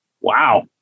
Wow